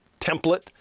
template